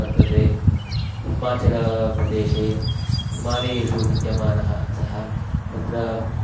वर्तते हिमाचलप्रदेशे हिमालयेषु विद्यमानः सः तत्र